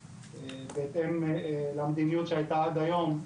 בהתאם למדיניות שהייתה עד היום,